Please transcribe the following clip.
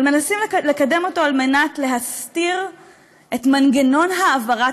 ומנסים לקדם אותו כדי להסתיר את מנגנון העברת